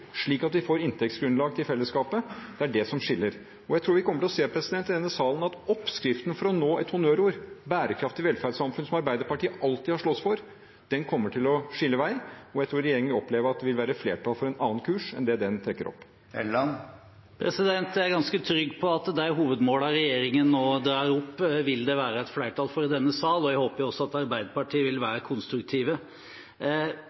slik at vi får et inntektsgrunnlag til fellesskapet, som skiller. Jeg tror vi kommer til å se i denne salen at oppskriften for å nå et honnørord – bærekraftig velferdssamfunn, som Arbeiderpartiet alltid har slåss for – kommer til å skille, og jeg tror regjeringen vil oppleve at det vil være flertall for en annen kurs enn det den peker ut. Jeg er ganske trygg på at det vil være flertall i denne sal for hovedmålene regjeringen nå drar opp. Jeg håper også Arbeiderpartiet vil